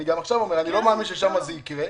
אני גם עכשיו אומר: אני לא מאמין ששם זה יקרה,